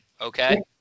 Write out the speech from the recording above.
okay